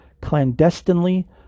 clandestinely